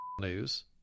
news